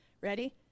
Ready